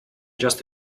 just